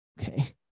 Okay